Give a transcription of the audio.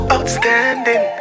Outstanding